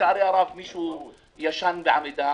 לצערי הרב מישהו ישן בעמידה